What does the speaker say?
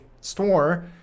store